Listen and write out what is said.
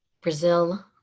Brazil